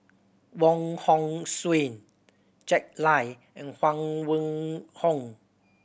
Wong Hong Suen Jack Lai and Huang Wenhong